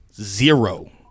zero